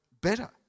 better